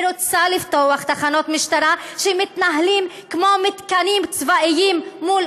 היא רוצה לפתוח תחנות משטרה שמתנהלות כמו מתקנים צבאיים מול